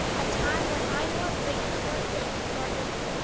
a time when i nor breathe nor think nor move,